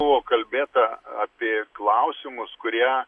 buvo kalbėta apie klausimus kurie